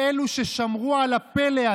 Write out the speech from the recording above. ארבל, ברוך שובכם.